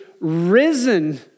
risen